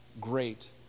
great